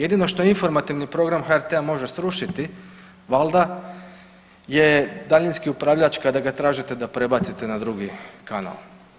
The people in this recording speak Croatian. Jedino što informativni program HRT-a može srušiti valjda je daljinski upravljač kada ga tražite da prebacite na drugi kanal.